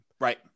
right